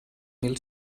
mil